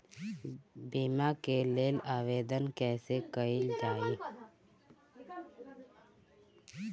बीमा के लेल आवेदन कैसे कयील जाइ?